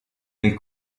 nel